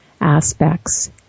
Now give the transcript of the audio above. aspects